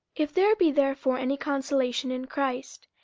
if there be therefore any consolation in christ,